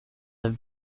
have